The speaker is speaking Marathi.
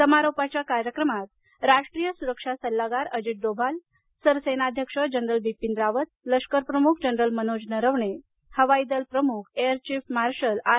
समारोपाच्या कार्यक्रमात राष्ट्रीय सुरक्षा सल्लागार अजित डोभाल सरसेनाध्यक्ष जनरल बिपीन रावत लष्करप्रमुख जनरल मनोज नरवणे हवाई दल प्रमुख एअर चीफ मार्शल आर